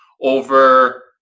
over